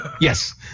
Yes